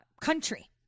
country